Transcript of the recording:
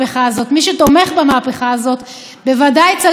מי שתומך במהפכה הזאת בוודאי צריך לכבד